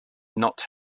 not